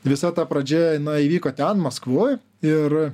visa ta pradžia na įvyko ten maskvoj ir